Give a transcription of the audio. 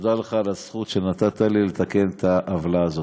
תודה לך על הזכות שנתת לי לתקן את העוולה הזאת.